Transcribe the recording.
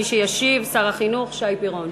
מי שישיב, שר החינוך שי פירון.